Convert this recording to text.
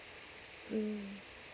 mm